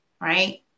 right